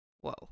whoa